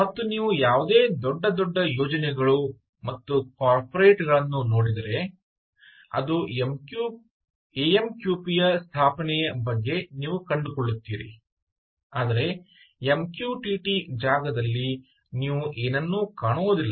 ಮತ್ತು ನೀವು ಯಾವುದೇ ದೊಡ್ಡ ದೊಡ್ಡ ಯೋಜನೆಗಳು ಮತ್ತು ಕಾರ್ಪೊರೇಟ್ ಗಳನ್ನು ನೋಡಿದರೆ ಅದು ಎಎಮ್ಕ್ಯುಪಿ ಸ್ಥಾಪನೆಯ ಬಗ್ಗೆ ನೀವು ಕಂಡುಕೊಳ್ಳುತ್ತೀರಿ ಆದರೆ ಎಮ್ಕ್ಯೂಟಿಟಿ ಜಾಗದಲ್ಲಿ ನೀವು ಏನನ್ನೂ ಕಾಣುವುದಿಲ್ಲ